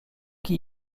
qui